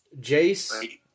Jace